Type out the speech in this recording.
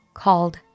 called